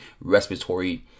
respiratory